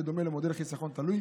בדומה למודל חיסכון תלוי